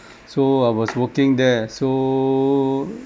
so I was working there so